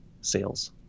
sales